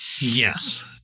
Yes